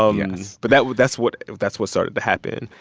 so yes but that that's what that's what started to happen.